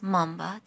Mamba